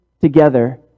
together